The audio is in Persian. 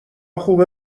خوبه